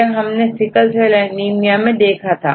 यह हमने sickle cell anaemia मैं देखा था